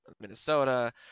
Minnesota